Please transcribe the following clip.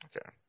Okay